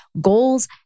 goals